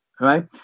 right